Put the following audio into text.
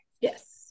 yes